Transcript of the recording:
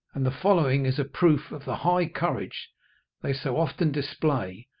and the following is a proof of the high courage they so often display,